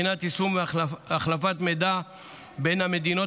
לבחינת יישום החלפת מידע בין המדינות